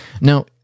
Now